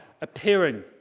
appearing